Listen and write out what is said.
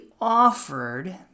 offered